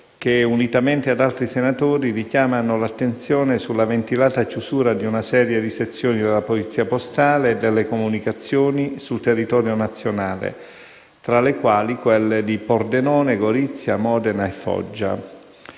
che, unitamente ad altri senatori, richiamano l'attenzione sulla ventilata chiusura di una serie di sezioni della Polizia postale e delle comunicazioni sul territorio nazionale, tra le quali quelle di Pordenone, Gorizia, Modena e Foggia.